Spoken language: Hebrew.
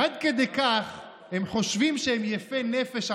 עד כדי כך הם חושבים שהם יפי נפש,